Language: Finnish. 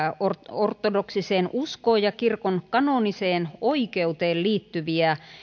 ortodoksiseen uskoon ja kirkon kanoniseen oikeuteen liittyviä